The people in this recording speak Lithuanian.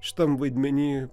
šitam vaidmeny